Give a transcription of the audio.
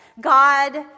God